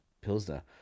Pilsner